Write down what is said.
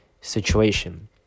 situation